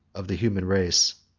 of the human race.